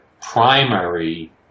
primary